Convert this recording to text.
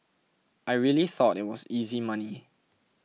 I really thought it was easy money